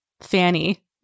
Fanny